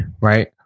right